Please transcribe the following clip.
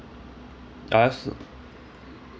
I asked